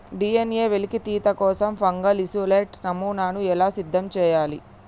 DNA వెలికితీత కోసం fungal isolate నమూనాను ఎలా సిద్ధం చెయ్యాలి?